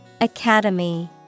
Academy